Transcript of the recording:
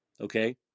okay